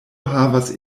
havas